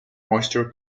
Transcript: moisture